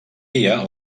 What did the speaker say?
dia